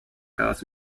gas